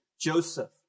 Joseph